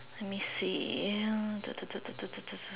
let me see uh